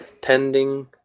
tending